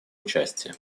участия